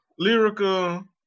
Lyrica